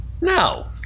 No